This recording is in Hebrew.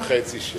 מיליארד וחצי שקל.